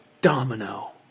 Domino